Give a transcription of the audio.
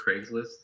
craigslist